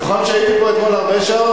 נכון שהייתי פה אתמול הרבה שעות?